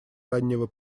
раннего